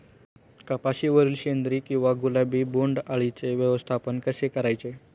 कपाशिवरील शेंदरी किंवा गुलाबी बोंडअळीचे व्यवस्थापन कसे करायचे?